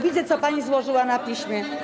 Widzę, co pani złożyła na piśmie.